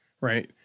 right